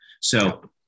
So-